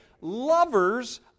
Lovers